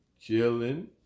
chilling